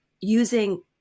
using